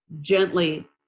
gently